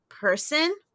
person